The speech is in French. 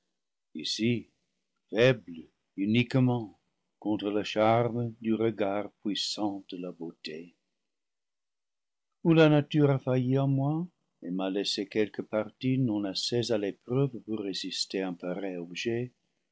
ici faible uniquement contre le charme du regard puis sant de la beauté ou la nature a failli en moi et m'a laissé quelque partie non assez à l'épreuve pour résister à un pareil objet